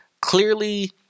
clearly